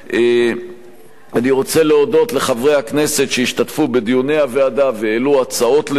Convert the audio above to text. אני רוצה להודות לחברי הכנסת שהשתתפו בדיוני הוועדה והעלו הצעות לדיון.